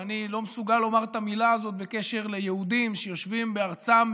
ואני לא מסוגל לומר את המילה הזאת בקשר ליהודים שיושבים בארצם,